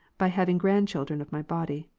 by having grandchildren of my body.